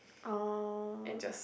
oh